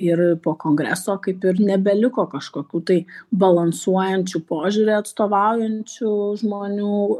ir po kongreso kaip ir nebeliko kažkokių tai balansuojančių požiūrį atstovaujančių žmonių